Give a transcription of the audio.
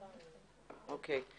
אוקיי.